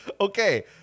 okay